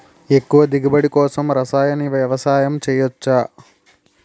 ఎక్కువ దిగుబడి కోసం రసాయన వ్యవసాయం చేయచ్చ?